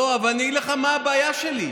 אבל אני אגיד לך מה הבעיה שלי.